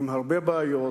עם הרבה בעיות,